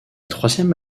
troisième